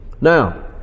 Now